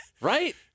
Right